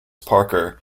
parker